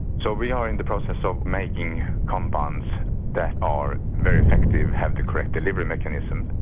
so we are in the process of making compounds that are very effective, have the correct delivery mechanisms.